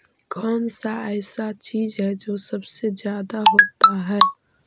कौन सा ऐसा चीज है जो सबसे ज्यादा होता है?